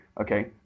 okay